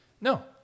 No